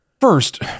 First